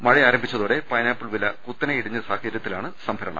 മഴ ആരംഭിച്ചതോടെ പൈനാപ്പിൾ വില കുത്തനെ ഇടിഞ്ഞ സാഹചര്യത്തിലാണ് സംഭര ണം